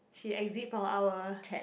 she exit from our